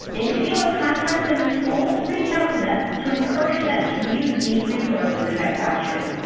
and if you have contacts in the schools, reach out to them to encourage them to use these resources in their classrooms.